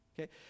Okay